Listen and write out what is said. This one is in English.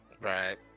Right